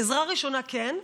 עזרה ראשונה, כן,